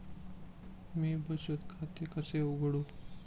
मी बचत खाते कसे उघडू?